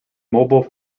mobile